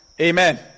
Amen